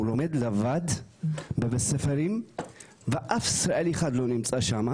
הוא לומד לבד בבתי ספר ואף ישראלי אחד לא נמצא שמה,